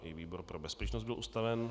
I výbor pro bezpečnost byl ustaven.